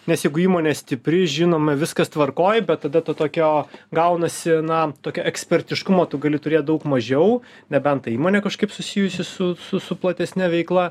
nes jeigu įmonė stipri žinoma viskas tvarkoj bet tada to tokio gaunasi na tokia ekspertiškumo tu gali turėt daug mažiau nebent ta įmonė kažkaip susijusi su su platesne veikla